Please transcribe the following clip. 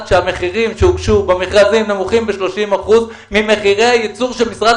שהמחירים שהוגשו במכרזים נמוכים ב-30 אחוזים ממחירי הייצור שמשרד